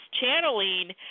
channeling